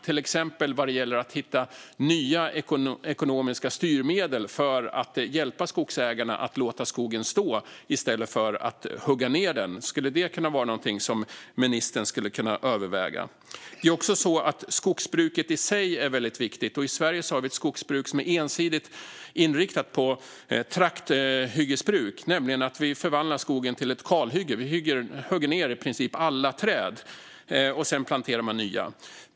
Det gäller till exempel att hitta nya ekonomiska styrmedel för att hjälpa skogsägarna att låta skogen stå i stället för att hugga ned den. Skulle det kunna vara någonting som ministern skulle kunna överväga? Det är också så att skogsbruket i sig är väldigt viktigt. I Sverige har vi ett skogsbruk som är ensidigt inriktat på trakthyggesbruk, det vill säga att vi förvandlar skogen till ett kalhygge. Vi hugger ned i princip alla träd, och sedan planerar man nya.